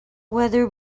whether